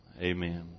Amen